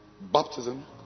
baptism